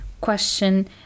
question